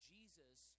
Jesus